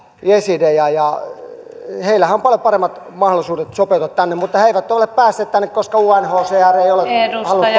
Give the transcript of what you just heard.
jesidejä heillähän on paljon paremmat mahdollisuudet sopeutua tänne mutta he eivät ole päässeet tänne koska unhcr ei ole halunnut